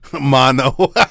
Mono